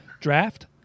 draft